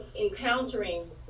encountering